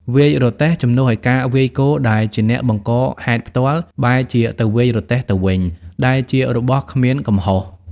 វាយរទេះ ជំនួសឲ្យការវាយគោដែលជាអ្នកបង្កហេតុផ្ទាល់ បែរជាទៅវាយរទេះទៅវិញ ដែលជារបស់គ្មានកំហុស។